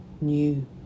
new